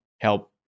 help